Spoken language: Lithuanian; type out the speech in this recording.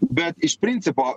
bet iš principo